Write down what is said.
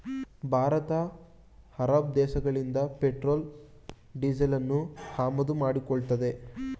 Bharat Arab ದೇಶಗಳಿಂದ petrol ಡೀಸೆಲನ್ನು ಆಮದು ಮಾಡಿಕೊಳ್ಳುತ್ತದೆ